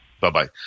Bye-bye